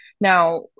Now